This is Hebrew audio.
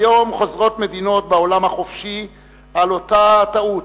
כיום חוזרות מדינות בעולם החופשי על אותה הטעות,